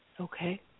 Okay